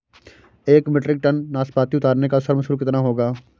एक metric tonne नाशपाती उतारने का श्रम शुल्क कितना होगा?